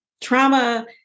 Trauma